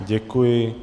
Děkuji.